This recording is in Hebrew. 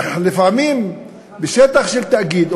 לפעמים בשטח של תאגיד,